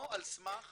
לא על סמך